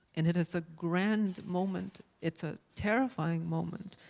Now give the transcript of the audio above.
and it is a grand moment, it's a terrifying moment.